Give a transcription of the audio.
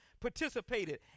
participated